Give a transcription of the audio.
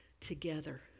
together